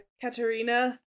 katarina